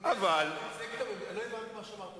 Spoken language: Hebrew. לא הבנתי מה שאמרת.